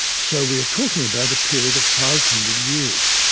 so we're talking about a period of five hundred years.